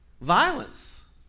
Violence